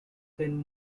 then